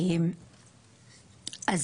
אז